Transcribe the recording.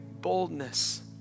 boldness